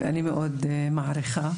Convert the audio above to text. אני מאוד מעריכה.